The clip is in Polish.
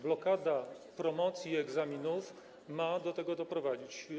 Blokada promocji i egzaminów ma do tego doprowadzić.